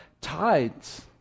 tides